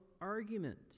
argument